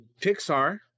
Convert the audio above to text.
Pixar